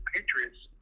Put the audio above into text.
Patriots